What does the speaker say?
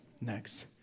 next